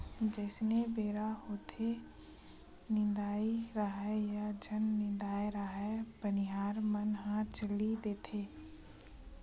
जइसने बेरा होथेये निदाए राहय या झन निदाय राहय बनिहार मन ह चली देथे